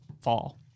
fall